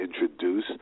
introduce